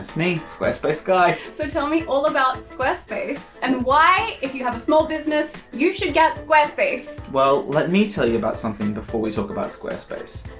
that's me, squarespace guy. so tell me all about squarespace, and why, if you have a small business, you should get squarespace. well, me tell you about something before we talk about squarespace.